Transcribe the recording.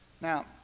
Now